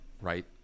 right